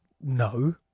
no